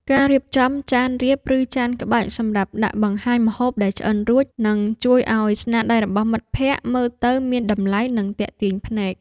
ការរៀបចំចានរាប ឬចានក្បាច់សម្រាប់ដាក់បង្ហាញម្ហូបដែលឆ្អិនរួច នឹងជួយឱ្យស្នាដៃរបស់មិត្តភក្តិមើលទៅមានតម្លៃ និងទាក់ទាញភ្នែក។